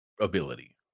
ability